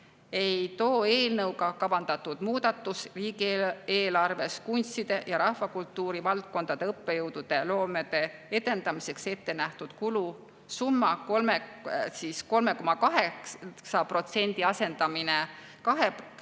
ei too eelnõuga kavandatud muudatus – riigieelarves kunstide ja rahvakultuuri valdkondade õppejõudude loometöö edendamiseks ettenähtud protsendi 3,8 [vähendamine]